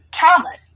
Thomas